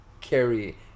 carry